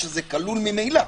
שזה כלול ממילא?